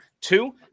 two